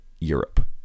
europe